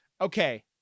Okay